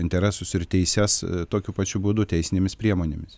interesus ir teises tokiu pačiu būdu teisinėmis priemonėmis